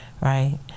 right